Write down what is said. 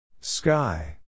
Sky